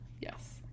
Yes